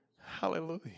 Hallelujah